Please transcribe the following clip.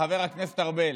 חבר הכנסת ארבל,